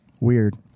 Weird